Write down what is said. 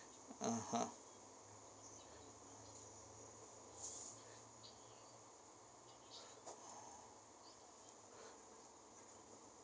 (uh huh)